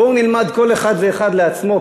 בואו נלמד כל אחד ואחד לעצמו,